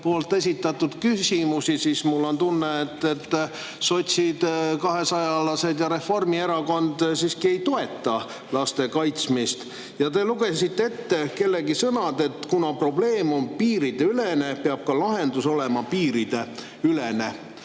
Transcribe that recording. liikmete esitatud küsimusi, on mul tunne, et sotsid, kahesajalased ja Reformierakond siiski ei toeta laste kaitsmist. Te lugesite ette kellegi sõnad, et kuna probleem on piiriülene, peab ka lahendus olema piiriülene.